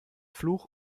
fluch